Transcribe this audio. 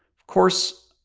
of course,